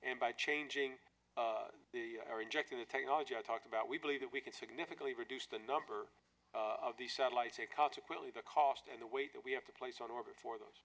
and by changing our injecting the technology i talked about we believe that we can significantly reduce the number of these satellites a consequently the cost in the way that we have to place on orbit for those